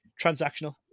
transactional